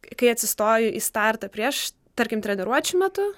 kai atsistoju į startą prieš tarkim treniruočių metu